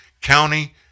county